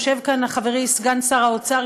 יושב כאן חברי סגן שר האוצר,